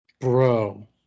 Bro